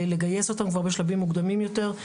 לגייס אותם כבר בשלבים מוקדמים יותר,